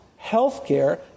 healthcare